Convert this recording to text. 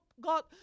god